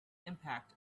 impact